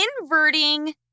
Inverting